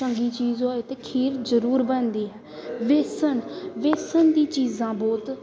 ਚੰਗੀ ਚੀਜ਼ ਹੋਏ ਤਾਂ ਖੀਰ ਜ਼ਰੂਰ ਬਣਦੀ ਆ ਬੇਸਨ ਬੇਸਣ ਦੀ ਚੀਜ਼ਾਂ ਬਹੁਤ